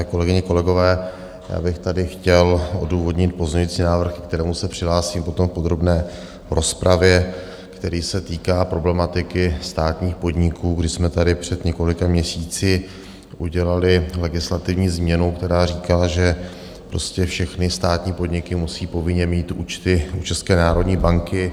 Kolegyně, kolegové, já bych tady chtěl odůvodnit pozměňovací návrh, ke kterému se přihlásím potom v podrobné rozpravě, který se týká problematiky státních podniků, kdy jsme tady před několika měsíci udělali legislativní změnu, která říkala, že prostě všechny státní podniky musí povinně mít účty u České národní banky.